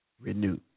renew